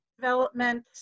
development